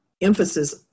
emphasis